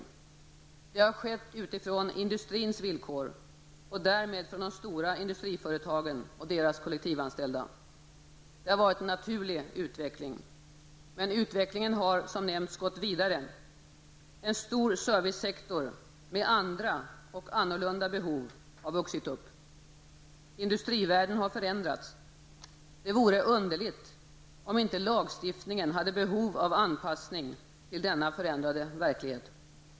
Systemet har utformats utifrån industrins villkor och därmed med hänsyn till de stora industriföretagen och deras kollektivanställda. Det har varit en naturlig utveckling. Men utvecklingen har som nämnts gått vidare. En stor servicesektor med andra och annorlunda behov har vuxit fram. Industrivärlden har förändrats. Det vore underligt om inte lagstiftningen hade behov av anpassning till denna förändrade verklighet.